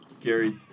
Gary